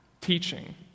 Teaching